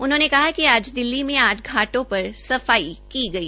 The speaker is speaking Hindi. उन्होंने कहा कि आज दिल्ली में आठ घाटों पर सफाई की गई